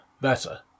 better